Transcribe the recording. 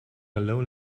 alone